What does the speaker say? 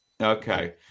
Okay